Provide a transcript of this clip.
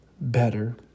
better